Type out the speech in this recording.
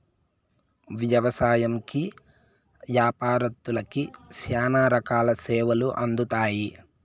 వ్యవసాయంకి యాపారత్తులకి శ్యానా రకాల సేవలు అందుతాయి